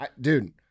Dude